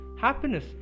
Happiness